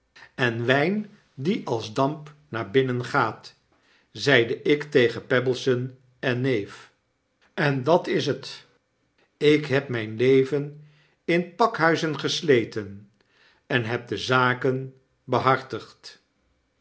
en wyn die als damp naar binnen gaat zeide ik tegen pebbleson en neef en dat is het ik heb myn leven in pakhuizen gesleten en heb de zaken behartigd